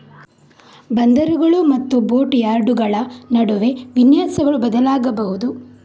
ಬಂದರುಗಳು ಮತ್ತು ಬೋಟ್ ಯಾರ್ಡುಗಳ ನಡುವೆ ವಿನ್ಯಾಸಗಳು ಬದಲಾಗಬಹುದು